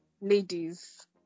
ladies